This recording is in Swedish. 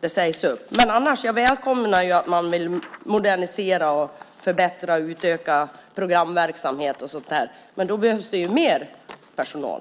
personal sägs upp. Annars välkomnar jag att man vill modernisera, förbättra och utöka programverksamhet och sådant. Men då behövs mer personal.